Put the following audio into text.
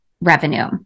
revenue